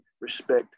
respect